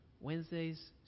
Wednesdays